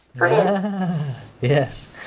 Yes